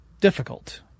difficult